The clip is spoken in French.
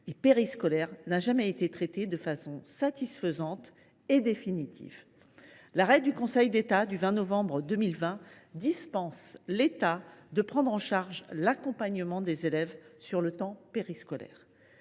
et périscolaire n’a jamais été traitée de façon satisfaisante et définitive. L’arrêt du Conseil d’État du 20 novembre 2020 dispense l’État de prendre en charge l’accompagnement des élèves sur le temps périscolaire.